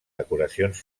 decoracions